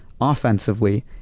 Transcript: Offensively